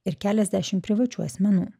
ir keliasdešim privačių asmenų